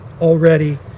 already